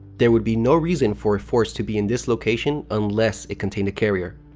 there would be no reason for a force to be in this location unless it contained a carrier.